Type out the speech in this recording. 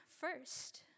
first